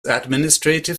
administrative